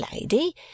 lady